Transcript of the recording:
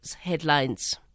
headlines